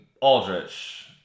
Aldrich